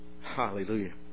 Hallelujah